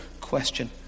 question